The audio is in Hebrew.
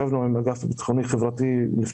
לפני שבועיים ישבנו עם האגף הביטחוני-חברתי ומתחילים